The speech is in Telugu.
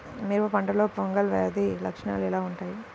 మిరప పంటలో ఫంగల్ వ్యాధి లక్షణాలు ఎలా వుంటాయి?